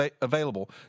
available